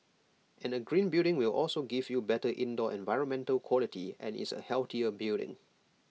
and A green building will also give you better indoor environmental quality and is A healthier building